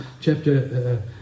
chapter